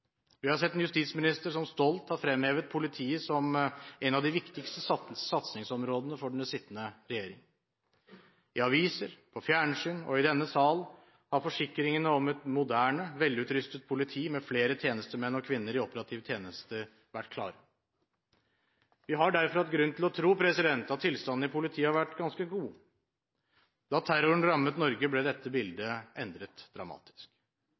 Vi har sett en justisminister som stolt har fremhevet politiet som et av de viktigste satsingsområdene for den sittende regjeringen. I aviser, på fjernsyn og i denne sal har forsikringene om et moderne, velutrustet politi med flere tjenestemenn og -kvinner i operativ tjeneste vært klare. Vi har derfor hatt grunn til å tro at tilstanden i politiet har vært ganske god. Da terroren rammet Norge, ble dette bildet endret dramatisk.